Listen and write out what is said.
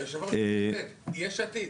היושב-ראש, אלה יש עתיד.